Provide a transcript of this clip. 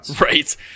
right